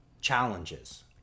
challenges